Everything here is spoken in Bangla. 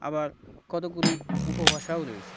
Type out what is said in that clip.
আবার কতগুলি উপভাষাও রয়েছে